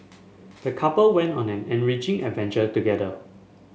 the couple went on an enriching adventure together